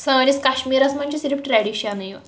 سٲنِس کَشمیٖرَس منٛز چھِ صرف ٹریٚڈِشَنٕے اوت